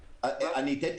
אני רוצה קנה מידה,